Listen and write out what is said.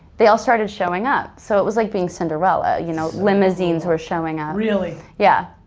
they all started showing up. so it was like being cinderella. you know, limousines are showing up. really? yeah.